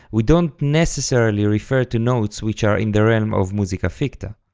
we don't necessarily refer to notes which are in the realm of musica ficta.